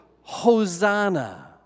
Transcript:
Hosanna